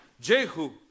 Jehu